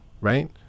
right